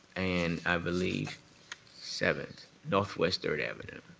and i believe seventh, northwest third avenue.